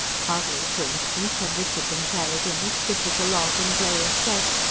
hardly, for instance, had richard been carried in, stiff as a log and grey as death,